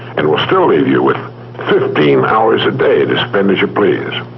and will still leave you with fifteen hours a day to spend as you please.